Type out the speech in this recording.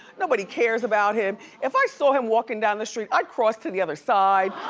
nobody cares about him. if i saw him walking down the street, i'd cross to the other side.